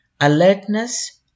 Alertness